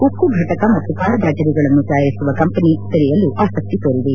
ಉಕ್ಕು ಘಟಕ ಮತ್ತು ಕಾರ್ ಬ್ಲಾಟರಿಗಳನ್ನು ತಯಾರಿಸುವ ಕಂಪೆನಿ ತೆರೆಯಲು ಆಸಕ್ಕಿ ತೋರಿವೆ